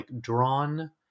drawn